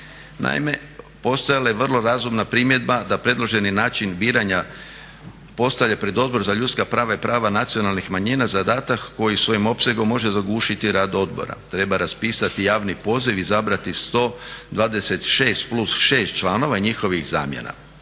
Naime, postojala je vrlo razumna primjedba da predloženi način biranja postavljen pred Odbora za ljudska prava i prava nacionalnih manjina zadatak koji svojim opsegom može zagušiti rad odbora. Treba raspisati javni poziv, izabrati 126+6 članova i njihovih zamjena.